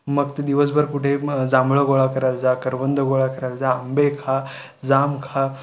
मग ते दिवसभर कुठे मग जांभळं गोळा करायला जा करवंदं गोळा करायला जा आंबे खा जाम खा